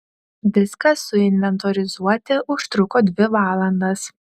viską suinventorizuoti užtruko dvi valandas